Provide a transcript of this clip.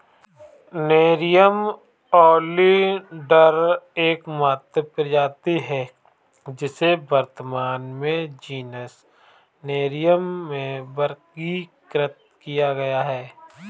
nerium oleander एकमात्र प्रजाति है जिसे वर्तमान में जीनस नेरियम में वर्गीकृत किया गया है